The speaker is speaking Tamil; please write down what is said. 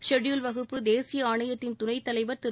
ஷெட்யூல்டு வகுப்பு தேசிய ஆணையத்தின் துணைத்தலைவர் திரு